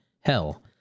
Hell